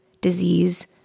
disease